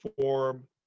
form